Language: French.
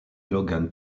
logan